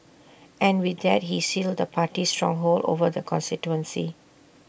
and with that he sealed the party's stronghold over the constituency